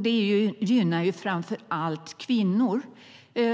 Det gynnar ju framför allt kvinnor.